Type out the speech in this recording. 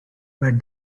but